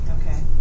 Okay